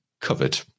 covered